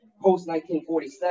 Post-1947